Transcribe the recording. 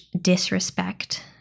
disrespect